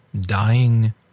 dying